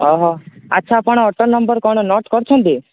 ଆଚ୍ଛା ଆପଣ auto number କ'ଣ ନୋଟ୍ କରିଛନ୍ତି